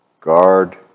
guard